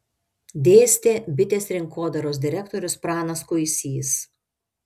dėstė bitės rinkodaros direktorius pranas kuisys